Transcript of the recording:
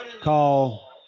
call